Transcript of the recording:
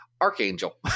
Archangel